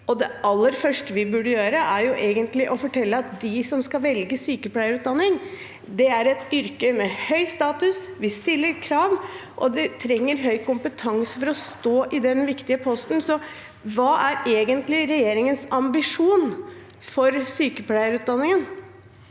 det aller første vi burde gjøre, er egentlig å fortelle at de som skal velge sykepleierutdanning, får et yrke med høy status, vi stiller krav, og de trenger høy kompetanse for å stå i den viktige posten. Så hva er egentlig regjeringens ambisjon for sykepleierutdanningen?